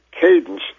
cadence